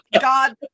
God